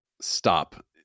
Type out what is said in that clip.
Stop